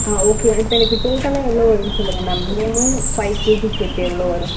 ஆ okay இப்போது எனக்கு டோட்டலாக எவ்வளோ வரும்னு சொல்லுங்க மேம் மூணும் ஃபைவ் கேஜி சேர்த்து எவ்வளோ வரும்